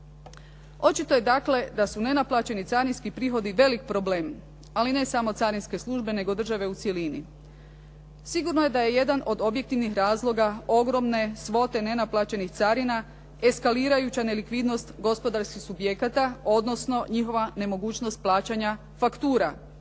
Očito je dakle da su nenaplaćeni carinski prihodi veliki problem ali ne samo carinske službe nego i države u cjelini. Sigurno je da je jedan od objektivnih razloga ogromne svote nenaplaćenih carina eskalirajuća nelikvidnost gospodarskih subjekata odnosno njihova nemogućnost plaćanja faktura,